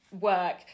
work